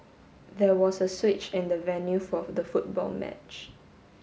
there was a switch in the venue for the football match